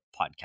podcast